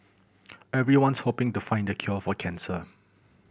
everyone's hoping to find the cure for cancer